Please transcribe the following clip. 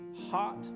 hot